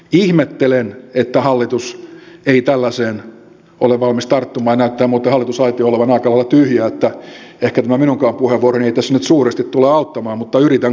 ihmettelen että hallitus ei tällaiseen ole valmis tarttumaan ja näyttää muuten hallitusaitio olevan aika lailla tyhjä niin että ehkä tämä minunkaan puheenvuoroni ei tässä nyt suuresti tule auttamaan mutta yritän kuitenkin